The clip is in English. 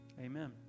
Amen